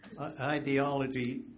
ideology